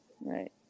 right